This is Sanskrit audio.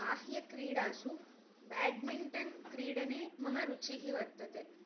बाह्यक्रीडासु बेड्मिण्ट न्क्रीडने मम रुचिः वर्तते